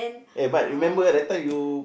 eh but remember ah that time you